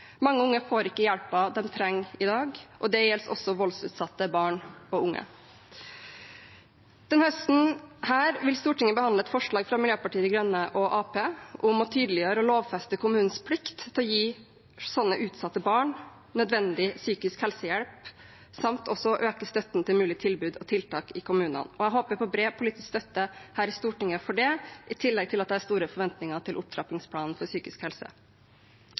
Mange unge får ikke hjelpen de trenger, i dag. Det gjelder også voldsutsatte barn og unge. Denne høsten vil Stortinget behandle et forslag fra Miljøpartiet De Grønne og Arbeiderpartiet om å tydeliggjøre og lovfeste kommunenes plikt til å gi slike utsatte barn nødvendig psykisk helsehjelp samt øke støtten til mulige tilbud og tiltak i kommunene. Jeg håper på bred politisk støtte for det her i Stortinget. I tillegg er det store forventninger til opptrappingsplanen for psykisk helse.